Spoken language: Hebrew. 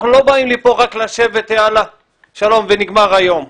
אנחנו לא באים לכאן רק לשבת לומר שלום ונגמר היום.